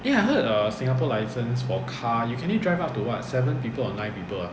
eh I heard err singapore license for car you can only drive up to what seven people or nine people ah